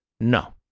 no